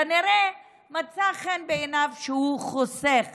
כנראה מצא חן בעיניו שהוא חוסך